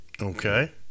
Okay